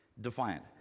defiant